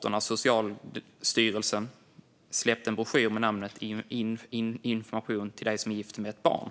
släppte Socialstyrelsen en broschyr med namnet Information till dig som är gift med ett barn .